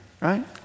right